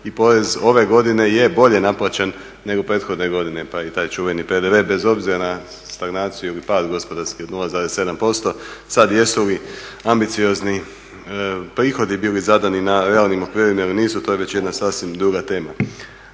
i porez ove godine je bolje naplaćen nego prethodne godine pa i taj čuveni PDV bez obzira na stagnaciju ili pad gospodarske od 0,7%. Sada jesu ovi ambiciozni prihodi bili zadani na realni okvirima ili nisu to je već jedna sasvim druga tema.